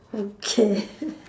okay